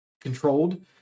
controlled